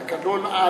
זה תקנון-על